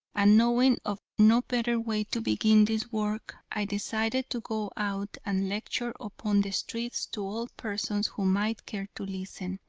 and, knowing of no better way to begin this work, i decided to go out and lecture upon the streets to all persons who might care to listen.